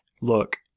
look